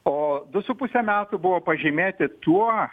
o du su puse metų buvo pažymėti tuo